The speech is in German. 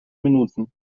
minuten